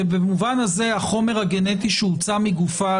ובמובן הזה החומר הגנטי שהוצא מגופה,